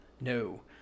no